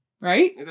right